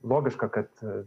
logiška kad